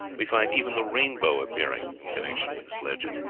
we find even the rainbow appearing in connection with this legend.